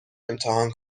امتحان